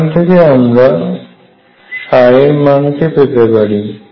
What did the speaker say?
এখান থেকে আমরা এর মানকে পেতে পারি